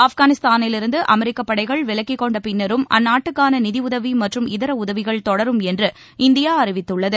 ஆப்கானிஸ்தானிலிருந்து அமெரிக்கப் படைகள் விலக்கிக் கொண்ட பின்னரும் அந்நாட்டுக்கான நிதி உதவி மற்றும் இதர உதவிகள் தொடரும் என்று இந்தியா அறிவித்துள்ளது